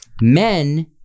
Men